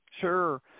Sure